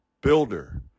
builder